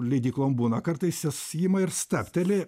leidyklom būna kartais jos ima ir stabteli